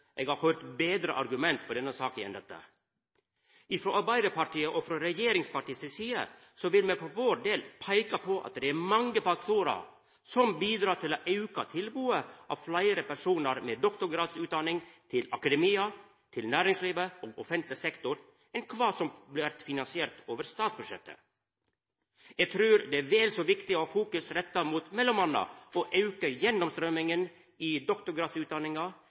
eg har høyrt betre argument for denne saka enn dette. Frå Arbeidarpartiet og regjeringspartia si side vil me for vår del peika på at det er fleire faktorar som bidreg til å auka tilbodet på personar med doktorgradsutdanning til akademia, til næringslivet og til offentleg sektor enn det som kjem gjennom ei finansiering over statsbudsjettet. Eg trur at det er vel så viktig å ha fokus retta mot m.a. å auka gjennomstrøyminga i doktorgradsutdanninga,